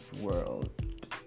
world